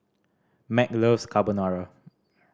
Mack loves Carbonara